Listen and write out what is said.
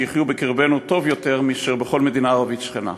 שיחיו בקרבנו טוב יותר מאשר בכל מדינה ערבית שכנה.